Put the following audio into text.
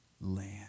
land